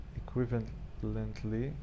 equivalently